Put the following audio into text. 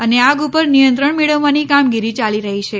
અને આગ ઉપર નિયંત્રણ મેળવવાની કામગીરી ચાલી રહી છે